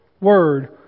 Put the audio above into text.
Word